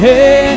Hey